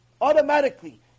Automatically